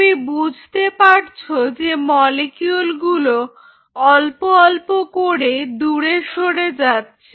তুমি বুঝতে পারছ যে মলিকিউল গুলো অল্প অল্প করে দূরে সরে যাচ্ছে